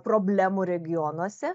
problemų regionuose